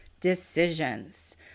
decisions